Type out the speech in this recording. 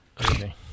Okay